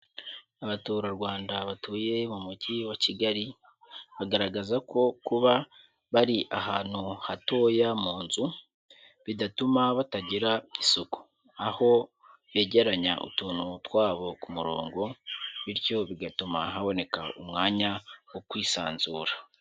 Abaturarwanda batuye mu mugi wa Kigali, bagaragaza ko kuba bari ahantu hatoya mu nzu bidatuma batagira isuku. Aho begeranya utuntu twabo ku murongo bityo bigatuma haboneka umwanya wo kwisanzura.